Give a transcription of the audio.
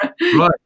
Right